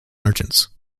merchants